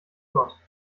gott